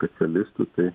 specialistų tai